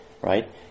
right